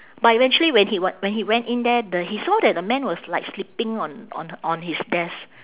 but eventually when he w~ when he went in there the he saw that the man was like sleeping on on on his desk